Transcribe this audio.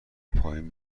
پایین